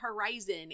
horizon